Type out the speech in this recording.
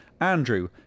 Andrew